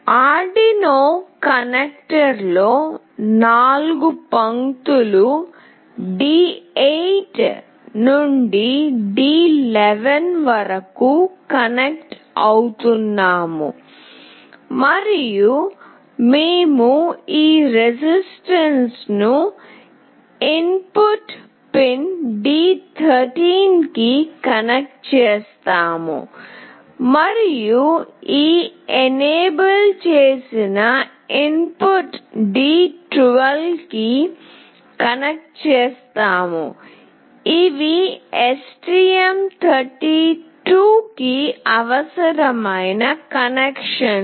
Arduino కనెక్టర్లో 4 పంక్తులు D8 నుండి D11 వరకు కనెక్ట్ అవుతున్నాము మరియు మేము ఈ రిజిస్టర్ను ఇన్పుట్ పిన్ D13 కి కనెక్ట్ చేస్తాము మరియు ఈ ఎనేబుల్ చేసిన ఇన్పుట్ను D12 కి కనెక్ట్ చేస్తాము ఇవి STM32 కి అవసరమైన కనెక్షన్లు